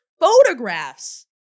photographs